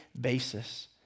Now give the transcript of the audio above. basis